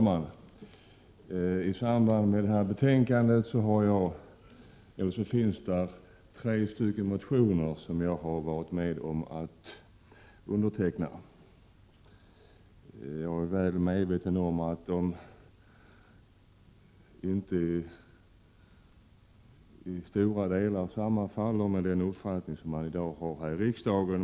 Herr talman! I detta betänkande behandlas tre motioner som jag har varit med om att underteckna. Jag är medveten om att den uppfattning som framförs i dessa till stora delar inte sammanfaller med den som man i dag har här i riksdagen.